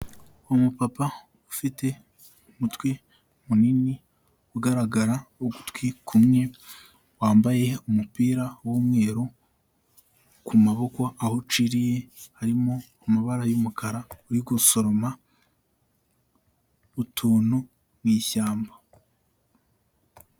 Umupapa ufite umutwe munini ugaragara ugutwi kumwe, wambaye umupira w'umweru, ku maboko aho uciriye harimo amabara y'umukara uri gusoroma utuntu mu ishyamba.